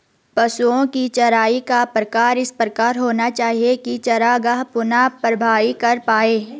पशुओ की चराई का प्रकार इस प्रकार होना चाहिए की चरागाह पुनः भरपाई कर पाए